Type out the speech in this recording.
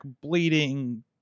bleeding